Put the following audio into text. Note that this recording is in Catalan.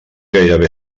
gairebé